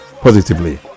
positively